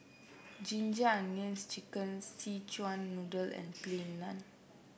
Ginger Onions chicken Szechuan Noodle and Plain Naan